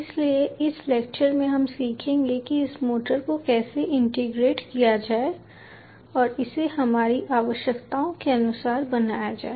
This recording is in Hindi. इसलिए इस लेक्चर में हम सीखेंगे कि इस मोटर को कैसे इंटीग्रेट किया जाए और इसे हमारी आवश्यकताओं के अनुसार बनाया जाए